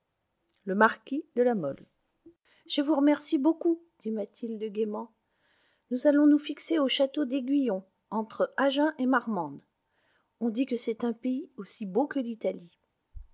le marquis de la mole je vous remercie beaucoup dit mathilde gaiement nous allons nous fixer au château d'aiguillon entre agen et marmande on dit que c'est un pays aussi beau que l'italie